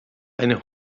eine